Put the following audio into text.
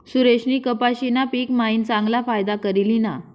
सुरेशनी कपाशीना पिक मायीन चांगला फायदा करी ल्हिना